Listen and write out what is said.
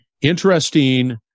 interesting